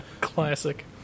classic